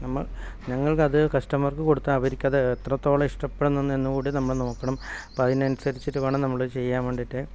നമ്മ ഞങ്ങൾക്ക് അത് കസ്റ്റമർക്ക് കൊടുത്താൽ അവരിക്കത് എത്രത്തോളം ഇഷ്ടപ്പെടുന്നു എന്ന് കൂടി നമ്മൾ നോക്കണം അപ്പം അതിനനുസരിച്ചിട്ട് വേണം നമ്മൾ ചെയ്യാൻ വേണ്ടിയിട്ട്